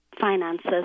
finances